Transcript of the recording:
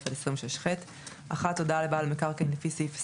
26א-26ח (1)הודעה לבעל מקרקעין לפי סעיף 26ד(ג)